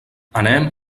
anem